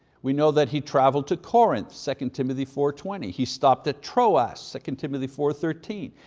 we know that he traveled to corinth, second timothy four twenty. he stopped at troas, second timothy four thirteen.